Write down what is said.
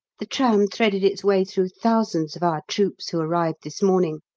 the tram threaded its way through thousands of our troops, who arrived this morning,